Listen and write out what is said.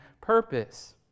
purpose